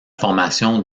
formation